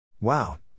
Wow